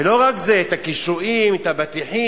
ולא רק זה, את הקישואים, את האבטיחים.